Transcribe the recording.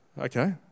okay